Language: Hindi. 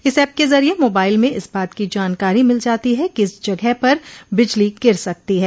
इस ऐप के जरिए मोबाइल में इस बात की जानकारी मिल जाती है कि किस जगह पर बिजली गिर सकती है